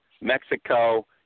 Mexico